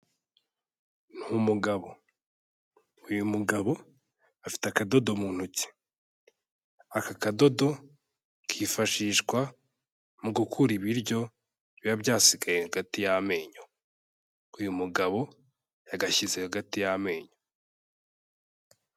Ni umugabo, uyu mugabo afite akadodo mu ntoki, aka kadodo kifashishwa mu gukura ibiryo biba byasigaye hagati y'amenyo, uyu mugabo yagashyize hagati y'amenyo.